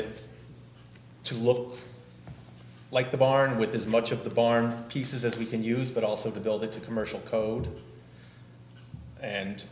it to look like the barn with as much of the barn pieces that we can use but also to build it to commercial code and